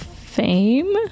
Fame